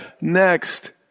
next